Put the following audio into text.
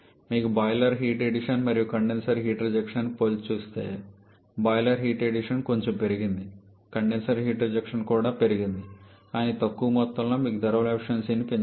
మీకు boiler heat addition మరియు condenser heat రిజెక్షన్ని పోల్చి చూస్తే బాయిలర్ హీట్ అడిషన్ కొంచెం పెరిగింది కండెన్సర్ హీట్ రిజెక్షన్ కూడా పెరిగింది కానీ తక్కువ మొత్తంలో మీకు థర్మల్ ఎఫిషియన్సీని పెంచుతుంది